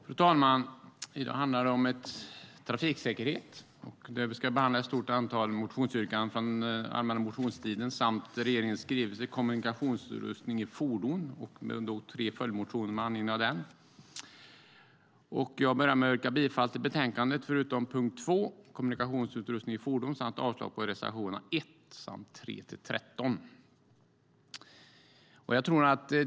Fru talman! I dag handlar debatten om trafiksäkerhet. Vi ska behandla ett stort antal motionsyrkanden från allmänna motionstiden samt regeringens skrivelse Kommunikationsutrustning i fordon och tre följdmotioner som väckts med anledning av skrivelsen. Jag börjar med att yrka bifall till förslaget i betänkandet förutom under punkt 2, Kommunikationsutrustning i fordon, samt avslag på reservationerna 1 och 3-13.